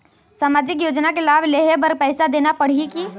सामाजिक योजना के लाभ लेहे बर पैसा देना पड़ही की?